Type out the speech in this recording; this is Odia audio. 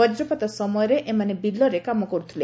ବଜ୍ରପାତ ସମୟରେ ଏମାନେ ବିଲରେ କାମ କରୁଥିଲେ